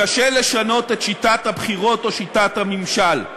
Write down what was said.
קשה לשנות את שיטת הבחירות או שיטת הממשל,